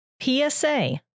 PSA